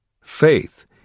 Faith